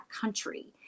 country